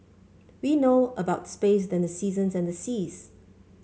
we know about space than the seasons and the seas